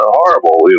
horrible